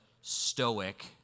stoic